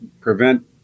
prevent